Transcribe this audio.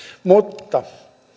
mutta